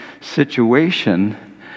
situation